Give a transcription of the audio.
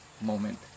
moment